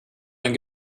mein